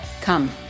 Come